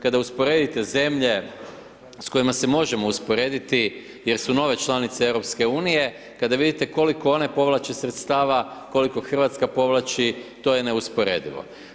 Kada usporedite zemlje s kojima se možemo usporediti jer su nove članice EU, kada vidite koliko one povlače sredstava, koliko Hrvatska povlači, to je neusporedivo.